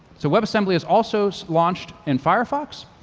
so webassembly is also launched in firefox,